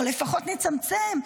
או לפחות נצמצם.